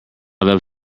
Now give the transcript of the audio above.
love